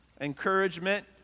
Encouragement